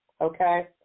Okay